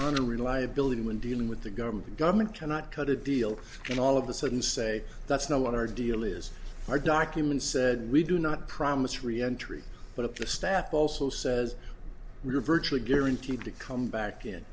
honor reliability when dealing with the government the government cannot cut a deal and all of a sudden say that's not what our deal is our documents said we do not promise re entry but up to staff also says we're virtually guaranteed to come back in